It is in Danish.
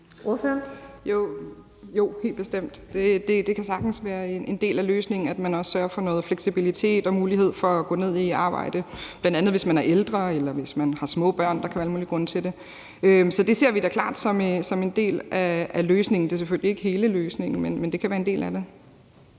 (ALT): Jo, helt bestemt. Det kan sagtens være en del af løsningen, at man også sørger for noget fleksibilitet og giver mulighed for at gå ned i arbejdstid, bl.a. hvis man er ældre eller har små børn – der kan være alle mulige grunde til det. Så det ser vi da klart som en del af løsningen. Det er selvfølgelig ikke hele løsningen, men det kan være en del af den.